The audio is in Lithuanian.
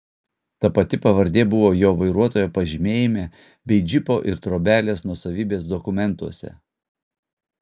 ta pati pavardė buvo jo vairuotojo pažymėjime bei džipo ir trobelės nuosavybės dokumentuose